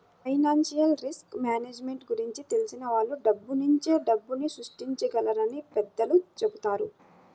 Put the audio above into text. financial risk management గురించి తెలిసిన వాళ్ళు డబ్బునుంచే డబ్బుని సృష్టించగలరని పెద్దలు చెబుతారు